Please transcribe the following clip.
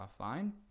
offline